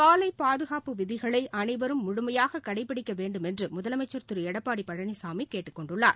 சாலைபாதுகாப்பு விதிகளைஅனைவரும் முழுமையாககடைபிடிக்கவேண்டுமென்றுமுதலமைச்சா் திருஎடப்பாடிபழனிசாமிகேட்டுக் கொண்டுள்ளார்